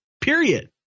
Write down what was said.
period